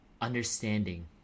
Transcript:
understanding